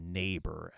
neighbor